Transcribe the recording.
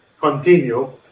continue